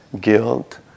guilt